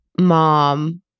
mom